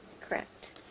Correct